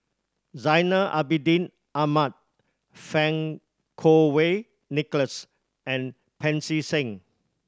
Zainal Abidin Ahmad Fang Kuo Wei Nicholas and Pancy Seng